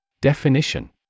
Definition